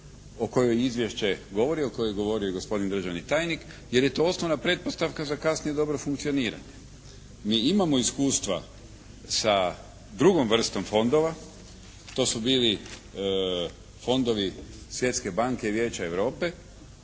o kojoj izvješće govori, o kojoj je govorio i gospodin državni tajnik jer je to osnovna pretpostavka za kasnije dobro funkcioniranje. Mi imamo iskustva sa drugom vrstom fondova. To su bili fondovi Svjetske banke i Vijeća Europe